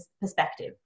perspective